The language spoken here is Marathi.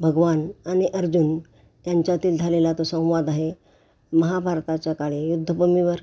भगवान आणि अर्जुन यांच्यातील झालेला तो संवाद आहे महाभारताच्या काळी युद्धभूमीवर